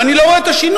ואני לא רואה את השינוי.